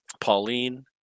Pauline